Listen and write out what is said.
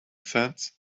sets